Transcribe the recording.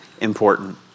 important